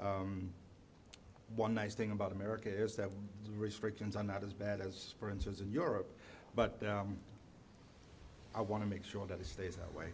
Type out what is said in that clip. in one nice thing about america is that the restrictions are not as bad as for instance in europe but i want to make sure that it stays that way